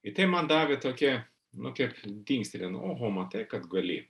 ir tai man davė tokią nu kiek dingstelėjo oho matai kad gali